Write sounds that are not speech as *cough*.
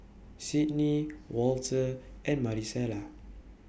*noise* Cydney Walter and Marisela